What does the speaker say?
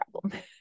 problem